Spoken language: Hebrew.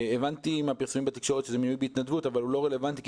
הבנתי שזה מינוי בהתנדבות אבל זה לא רלוונטי כי